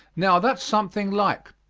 now, that's something like.